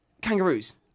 kangaroos